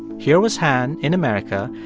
here was han in america,